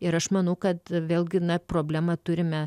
ir aš manau kad vėlgi na problemą turime